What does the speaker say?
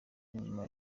nyuma